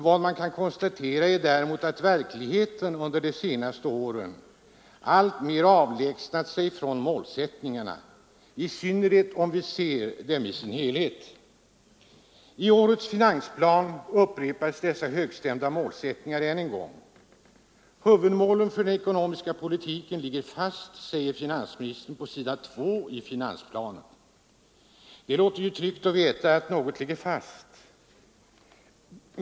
Vad man däremot kan konstatera är att verkligheten under de senaste åren alltmer avlägsnat sig från målsättningarna, i synnerhet om vi ser dem i sin helhet. I årets finansplan upprepas dessa högstämda målsättningar än en gång. Huvudmålet för den ekonomiska politiken ligger fast, säger finansministern på s. 2 i finansplanen. Det är ju tryggt att veta att något ligger fast.